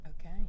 okay